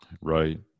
Right